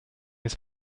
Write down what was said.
his